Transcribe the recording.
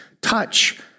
touch